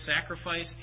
sacrifice